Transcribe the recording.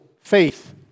faith